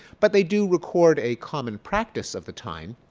but they do record a common practice of the time.